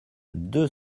deux